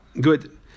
Good